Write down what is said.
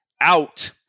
out